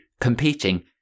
competing